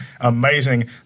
amazing